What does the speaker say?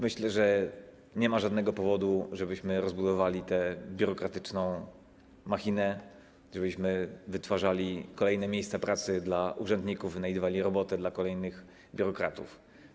Myślę, że nie ma żadnego powodu, żebyśmy rozbudowywali tę biurokratyczną machinę, żebyśmy wytwarzali kolejne miejsca pracy dla urzędników, wynajdowali robotę dla kolejnych biurokratów.